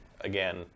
Again